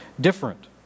different